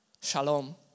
Shalom